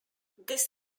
this